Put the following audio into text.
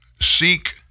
seek